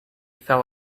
fell